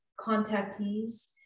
contactees